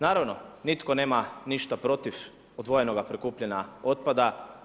Naravno, nitko nema ništa protiv odvojenoga prikupljanja otpada.